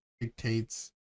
dictates